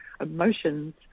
emotions